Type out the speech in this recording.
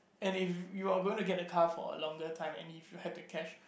and if you are gonna get the car for a longer time and if you have the cash